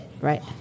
right